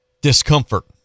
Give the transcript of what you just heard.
discomfort